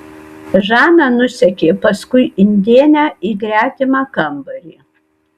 žana nusekė paskui indėnę į gretimą kambarį